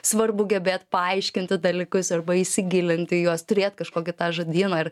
svarbu gebėt paaiškinti dalykus arba įsigilinti į juos turėt kažkokį tą žodyną ir